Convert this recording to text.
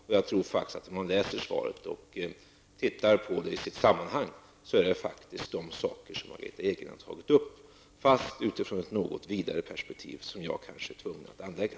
Och jag tror att man, om man läser svaret och tittar på det i sitt sammanhang, finner att det faktiskt innehåller de saker som Margitta Edgren har tagit upp, men utifrån ett något vidare perspektiv som jag kanske är tvungen att anlägga.